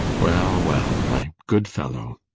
well, well, my good fellow